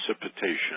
precipitation